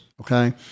Okay